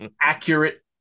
accurate